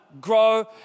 grow